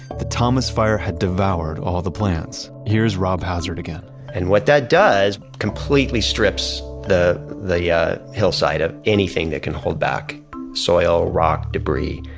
the thomas fire had devoured all the plants. here's rob hazard again and what that does, it completely strips the the yeah hillside of anything that can hold back soil, rock, debris